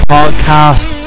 Podcast